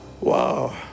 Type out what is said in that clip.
wow